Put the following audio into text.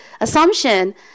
assumption